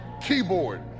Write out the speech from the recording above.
keyboard